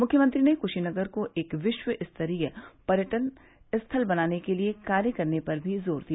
मुख्यमंत्री ने क्शीनगर को एक विश्व स्तरीय पर्यटन स्थल बनाने के लिए कार्य करने पर भी जोर दिया